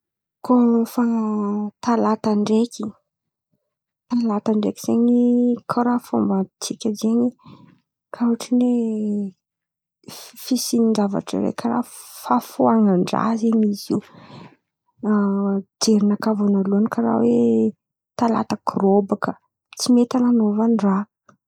Kô fa talata ndraiky, talata ndraiky zen̈y karàha fômba tsika zen̈y karàha ohatra oe fisian-javatra raiky karàha fahafoan̈an-draha zen̈y izy io. jerinakà vônaloan̈y karàha oe talata korôbaka, tsy mety an̈anaovan-draha.